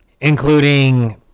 including